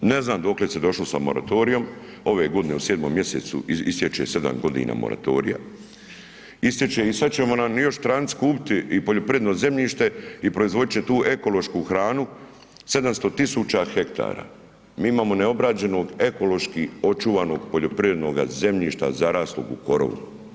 Ne znam dokle se došlo sa moratorijem, ove godine u 7. mjesecu istječe sedam godina moratorija, istječe i sada će nam još stranci kupiti i poljoprivredno zemljište i proizvodit će tu ekološku hranu, 700.000 hektara mi imamo neobrađenog ekološki očuvanog poljoprivrednog zemljišta zaraslog u korovu.